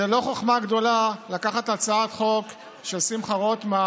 זה לא חוכמה גדולה לקחת הצעת חוק של שמחה רוטמן